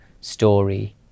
story